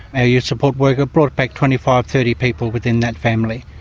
our youth support worker, brought back twenty five thirty people within that family.